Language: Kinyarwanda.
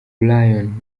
lion